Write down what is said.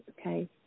okay